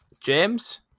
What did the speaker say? James